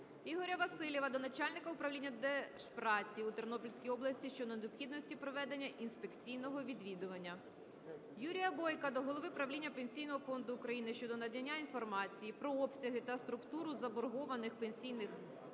Ігоря Василіва до начальника Управління Держпраці у Тернопільській області щодо необхідності проведення інспекційного відвідування. Юрія Бойка до голови правління Пенсійного фонду України щодо надання інформації про обсяги та структуру заборгованих пенсійних виплат